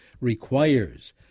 requires